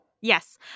Yes